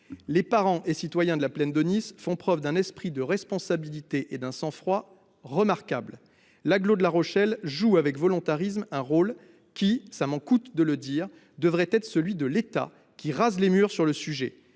les parents et citoyens de la plaine d'Aunis font preuve d'un esprit de responsabilité et d'un sang-froid remarquables. L'agglomération de La Rochelle joue avec volontarisme un rôle qui- cela me coûte de le dire -devrait être celui de l'État, qui rase les murs sur le sujet.